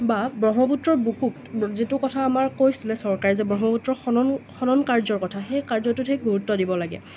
বা ব্ৰহ্মপুত্ৰৰ বুকুত যিটো কথা আমাৰ কৈছিলে চৰকাৰে যে ব্ৰহ্মপুত্ৰৰ খনন খনন কাৰ্য্যৰ কথা সেই কাৰ্য্যটোতহে গুৰুত্ব দিব লাগে